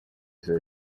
see